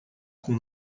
com